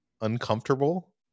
uncomfortable